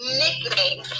nickname